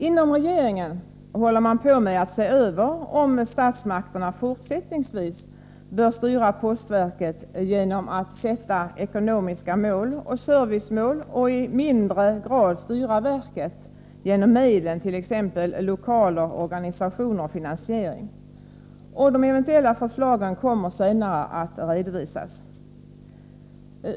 Inom regeringen håller man på med att se över om statsmakterna fortsättningsvis bör styra postverket genom att sätta ekonomiska mål och servicemål och i mindre grad styra verket genom medlen, t.ex. lokaler, organisationer och finansiering. Eventuella förslag kommer senare att redovisas.